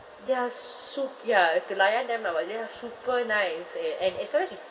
they are s~ sup~ ya have to layan them lah but they are super nice eh and and sometimes you